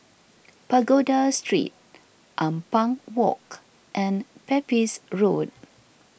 Pagoda Street Ampang Walk and Pepys Road